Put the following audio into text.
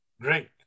Great